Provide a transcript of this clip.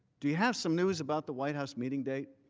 do you have some news about the white house meeting date?